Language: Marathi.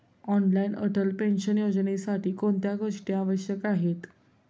ऑनलाइन अटल पेन्शन योजनेसाठी कोणत्या गोष्टी आवश्यक आहेत?